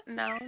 no